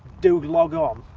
do log on.